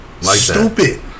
Stupid